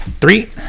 Three